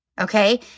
Okay